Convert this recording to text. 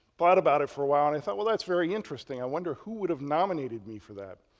thought about it for while and i thought, well, that's very interesting. i wonder who would have nominated me for that?